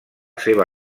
seva